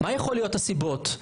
מה יכולות להיות הסיבות?